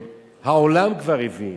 העולם כבר הבין